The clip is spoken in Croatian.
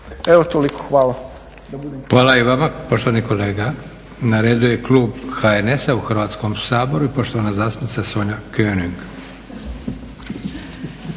Josip (SDP)** Hvala i vama poštovani kolega. Na redu je klub HNS-a u Hrvatskom saboru i poštovana zastupnika Sonja König.